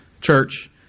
church